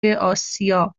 آسیا